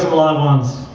live ones.